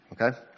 okay